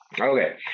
Okay